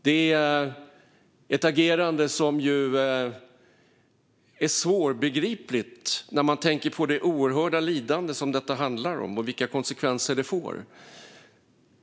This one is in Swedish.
Det är ett agerande som är svårbegripligt när man tänker på det oerhörda lidande som detta handlar om och vilka konsekvenser det får.